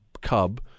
cub